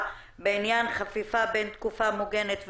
בעניין החפיפה בין תקופה מוגנת לחל"ת,